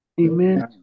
Amen